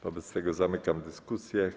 Wobec tego zamykam dyskusję.